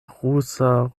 rusa